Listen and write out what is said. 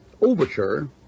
overture